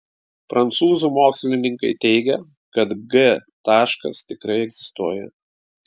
prancūzų mokslininkai teigia kad g taškas tikrai egzistuoja